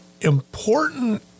important